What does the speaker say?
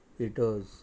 Etios